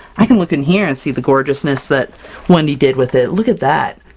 i can look in here and see the gorgeousness that wendy did with it! look at that!